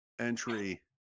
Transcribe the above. entry